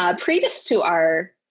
ah previous to our,